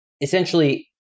essentially